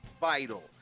vital